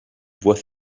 voit